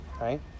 right